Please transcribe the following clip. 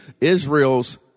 Israel's